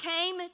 came